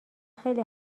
خیلی